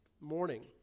morning